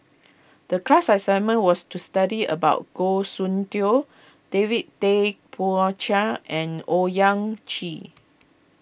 the class assignment was to study about Goh Soon Tioe David Tay Poey Cher and Owyang Chi